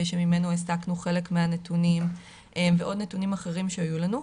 שממנו הסקנו חלק מהנתונים ועוד נתונים אחרים שהיו לנו.